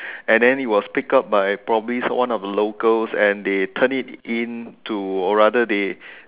and then it was picked up by probably one of the locals and they turned it in to or rather they